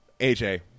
AJ